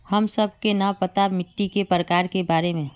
हमें सबके न पता मिट्टी के प्रकार के बारे में?